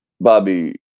Bobby